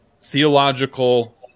theological